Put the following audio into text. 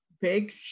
big